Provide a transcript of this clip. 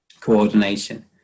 Coordination